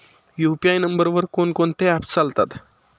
UPI नंबरवर कोण कोणते ऍप्स चालतात?